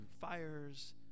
fires